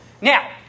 Now